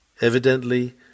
Evidently